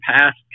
past